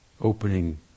opening